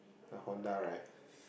the Honda right